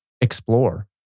explore